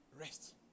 rest